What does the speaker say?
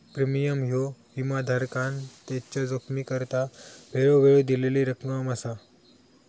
premium ह्यो विमाधारकान त्याच्या जोखमीकरता वेळोवेळी दिलेली रक्कम असा